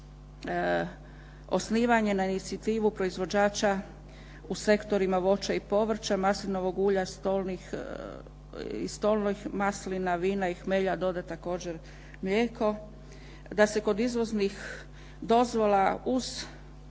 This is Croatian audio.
osnivanje na inicijativu proizvođača u sektorima voća i povrća, maslinovog ulja i stolnih maslina, vina i hmelja doda također mlijeko, da se kod izvoznih dozvola uz